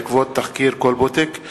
בעקבות תחקיר "כלבוטק";